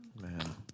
man